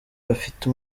abafite